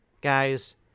Guys